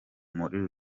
muri